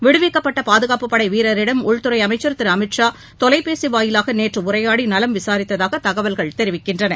விடுவிக்கப்பட்ட பாதுகாப்பு படை வீரரிடம் உள்துறை அமைச்ச் திரு அமித்ஷா தொலைபேசி வாயிலாக நேற்று உரையாடி நலம் விசாரித்ததாக தகவல்கள் தெரிவிக்கின்றன